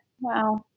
Wow